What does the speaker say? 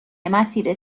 مسیر